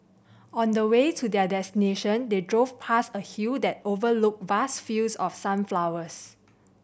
on the way to their destination they drove past a hill that overlooked vast fields of sunflowers